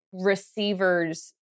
receivers